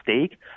mistake